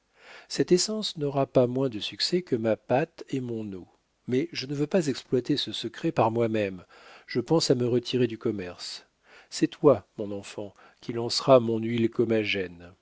cette essence n'aura pas moins de succès que ma pâte et mon eau mais je ne veux pas exploiter ce secret par moi-même je pense à me retirer du commerce c'est toi mon enfant qui lanceras mon huile comagène